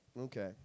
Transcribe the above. Okay